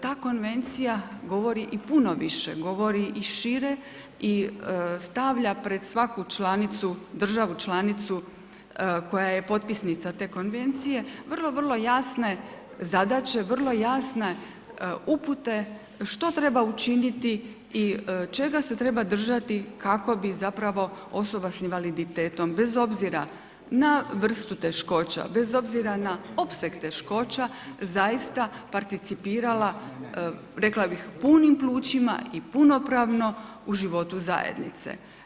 Ta konvencija govori i puno više, govori i šire i stavlja pred svaku državu članicu koja je potpisnica te konvencije vrlo, vrlo jasne zadaće, vrlo jasne upute što treba učiniti i čega se treba držati kako bi osoba s invaliditetom, bez obzira na vrstu teškoća, bez obzira na opseg teškoća zaista participirala, rekla bih, punim plućima i punopravno u životu zajednice.